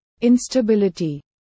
Instability